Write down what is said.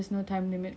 cause we are not